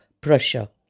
Prussia